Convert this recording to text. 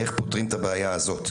איך פותרים את הבעיה הזאת.